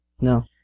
No